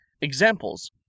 Examples